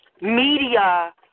media